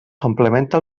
complementa